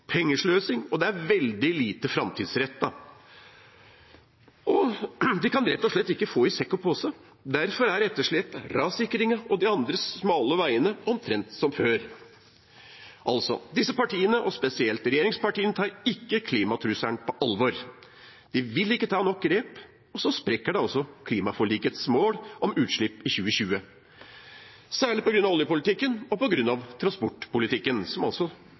pengesløsing og veldig lite framtidsrettet. De kan rett og slett ikke få i både pose og sekk. Derfor er etterslepet, rassikringen og de andre, smale veiene omtrent som før. Disse partiene, spesielt regjeringspartiene, tar ikke klimatrusselen på alvor. De vil ikke ta nok grep, og da sprekker også klimaforlikets mål om utslippene i 2020, særlig på grunn av oljepolitikken og transportpolitikken, som